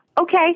okay